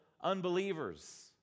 unbelievers